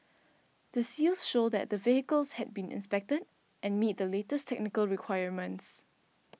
the seals show that the vehicles have been inspected and meet the latest technical requirements